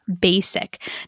basic